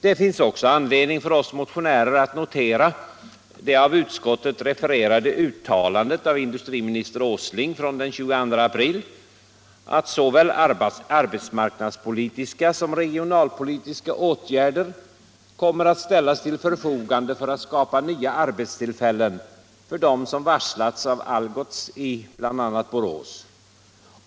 Det finns också anledning för oss motionärer att notera det av utskottet refererade uttalandet av industriminister Åsling från den 22 april, att såväl arbetsmarknadspolitiska som regionalpolitiska åtgärder kommer att ställas till förfogande för att skapa nya arbetstillfällen åt dem som varslats av Algots AB i bl.a. Borås.